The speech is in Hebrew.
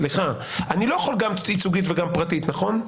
סליחה, אני לא יכול גם ייצוגית וגם פרטית, נכון?